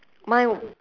mine